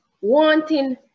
wanting